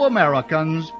Americans